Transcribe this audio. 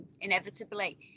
inevitably